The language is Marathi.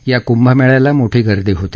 या कुंभमेळ्याला मोठी गर्दी होते